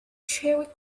cherry